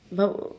but w~